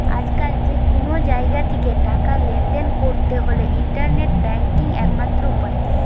আজকাল যে কুনো জাগা থিকে টাকা লেনদেন কোরতে হলে ইন্টারনেট ব্যাংকিং একমাত্র উপায়